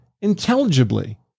intelligibly